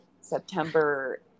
September